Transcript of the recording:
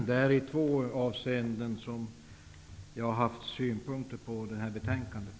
Herr talman! Jag har haft synpunkter på betänkandet i två avseenden.